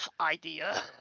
idea